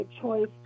choice